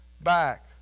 back